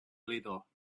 little